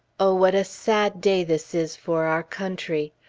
oh, what a sad day this is for our country!